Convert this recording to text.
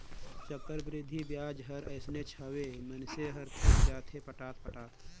चक्रबृद्धि बियाज हर अइसनेच हवे, मइनसे हर थक जाथे पटात पटात